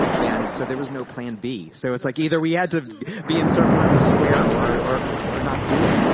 and so there was no plan b. so it's like, either we had to be in circle in the square or or not do it.